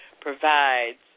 provides